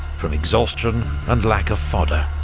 from exhaustion and lack of fodder.